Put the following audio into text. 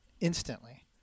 instantly